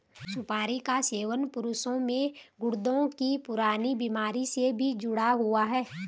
सुपारी का सेवन पुरुषों में गुर्दे की पुरानी बीमारी से भी जुड़ा हुआ है